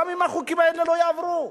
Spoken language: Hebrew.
גם אם החוקים האלה לא יעברו?